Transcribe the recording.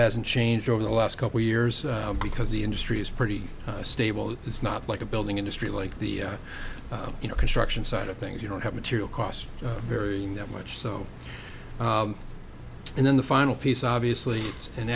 hasn't changed over the last couple years because the industry is pretty stable it's not like a building industry like the you know construction side of things you don't have material costs very much so and then the final piece obviously and